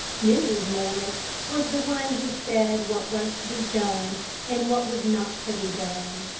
mrs. morris was the one who said what was to be done and what was not to be done.